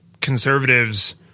conservatives